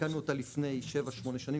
תיקנו אותה לפני 7-8 שנים,